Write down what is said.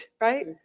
right